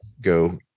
go